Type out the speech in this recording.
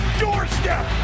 doorstep